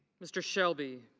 mr. shelby.